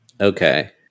okay